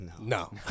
No